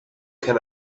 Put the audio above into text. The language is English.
can